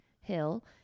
Hill